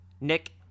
Nick